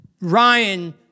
Ryan